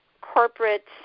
corporate